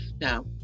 Now